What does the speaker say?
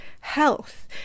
health